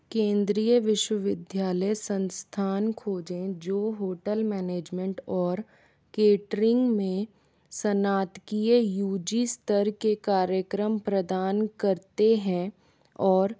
केंद्रीय विश्वविद्यालय संस्थान खोजें जो होटल मैनेजमेंट और केटरिंग में स्नातकीय यू जी स्तर के कार्यक्रम प्रदान करते हैं और